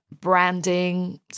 branding